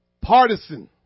partisan